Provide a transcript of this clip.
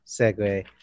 segue